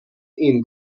این